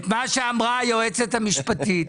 תקשיב,